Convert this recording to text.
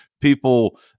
people